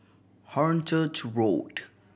Hornchurch Road